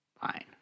Fine